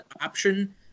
option